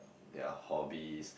their hobbies